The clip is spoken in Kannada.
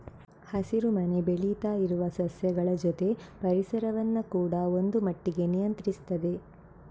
ಹಸಿರು ಮನೆ ಬೆಳೀತಾ ಇರುವ ಸಸ್ಯಗಳ ಜೊತೆ ಪರಿಸರವನ್ನ ಕೂಡಾ ಒಂದು ಮಟ್ಟಿಗೆ ನಿಯಂತ್ರಿಸ್ತದೆ